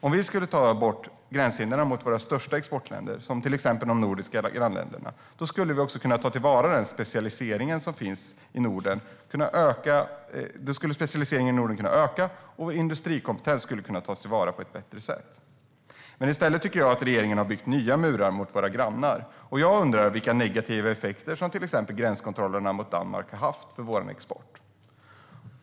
Om vi skulle ta bort gränshindren mot våra största exportländer som till exempel de nordiska grannländerna skulle specialiseringen i Norden kunna öka och industrikompetens kunna tas till vara på ett bättre sätt. Jag tycker att regeringen i stället har byggt nya murar mot våra grannar. Jag undrar vilka negativa effekter som till exempel gränskontrollerna mot Danmark har haft för vår export.